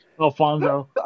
Alfonso